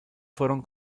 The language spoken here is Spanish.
fueron